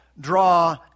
draw